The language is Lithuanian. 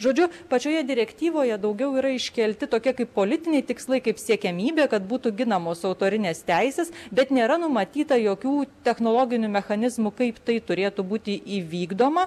žodžiu pačioje direktyvoje daugiau yra iškelti tokie kaip politiniai tikslai kaip siekiamybė kad būtų ginamos autorinės teisės bet nėra numatyta jokių technologinių mechanizmų kaip tai turėtų būti įvykdoma